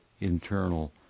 internal